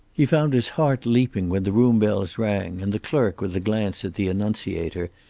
he found his heart leaping when the room bells rang, and the clerk, with a glance at the annunciator,